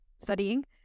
studying